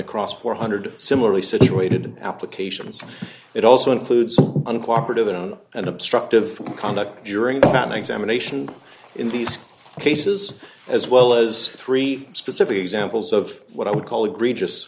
across four hundred dollars similarly situated applications it also includes uncooperative and on and obstructive conduct during that examination in these cases as well as three specific examples of what i would call agree just